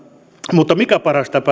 mutta mikä paras